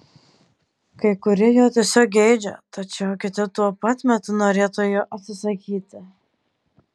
kai kurie jo tiesiog geidžia tačiau kiti tuo pat metu norėtų jo atsisakyti